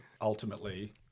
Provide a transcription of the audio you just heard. ultimately